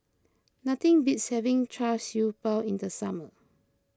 nothing beats having Char Siew Bao in the summer